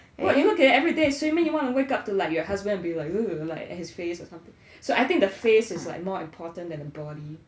what you look at it everyday so you mean you want to look up to like your husband and be like ugh like at his face or something so I think the face is like more important than the body